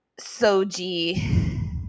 Soji